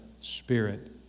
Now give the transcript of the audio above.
spirit